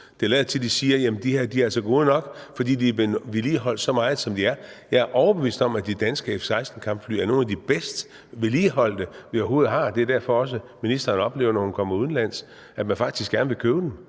Det lader til, at de siger, at de her er altså gode nok, fordi de er blevet vedligeholdt så meget, som de er. Jeg er overbevist om, at de danske F-16-kampfly er nogle af dem, der er bedst vedligeholdt, og det er også derfor, ministeren, når hun kommer udenlands, oplever, at man faktisk gerne vil købe dem.